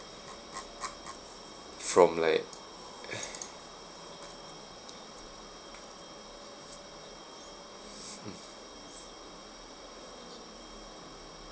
from like mm